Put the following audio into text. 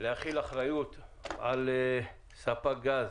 להטיל אחריות מלאה על ספק גז.